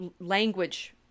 language